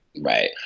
Right